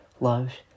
love